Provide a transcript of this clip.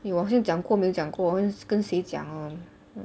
我先讲过没有讲过我跟谁讲